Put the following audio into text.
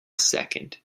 second